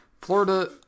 Florida